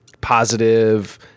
positive